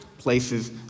places